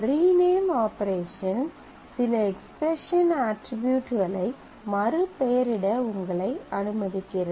rename operation சில expression அட்ரிபியூட்களை மறுபெயரிட உங்களை அனுமதிக்கிறது